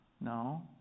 No